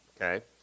okay